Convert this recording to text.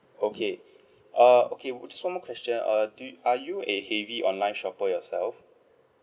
okay uh okay just one more question uh do you are you a heavy online shopper yourself